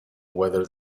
whether